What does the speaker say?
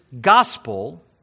gospel